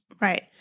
Right